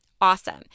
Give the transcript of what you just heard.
Awesome